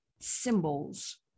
symbols